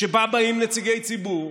שבה באים נציגי ציבור,